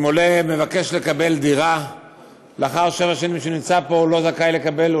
אם עולה מבקש לקבל דירה לאחר שבע שנים שהוא נמצא פה הוא לא זכאי לקבל,